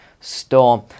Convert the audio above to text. storm